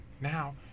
Now